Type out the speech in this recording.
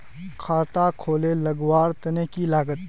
खाता खोले लगवार तने की लागत?